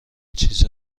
چیز